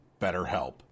BetterHelp